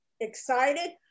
excited